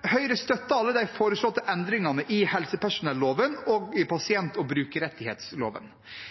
Høyre støtter alle de foreslåtte endringene i helsepersonelloven og pasient- og brukerrettighetsloven,